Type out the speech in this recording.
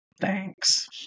Thanks